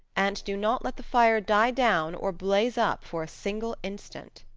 and do not let the fire die down or blaze up for a single instant.